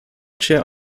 chair